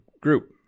group